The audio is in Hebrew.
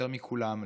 יותר מכולם,